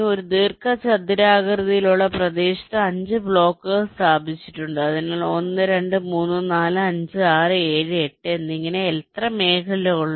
ഒരു ദീർഘചതുരാകൃതിയിലുള്ള പ്രദേശത്ത് 5 ബ്ലോക്കുകൾ സ്ഥാപിച്ചിട്ടുണ്ട് അതിനാൽ 1 2 3 4 5 6 7 8 എന്നിങ്ങനെ എത്ര മേഖലകളുണ്ട്